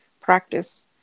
practice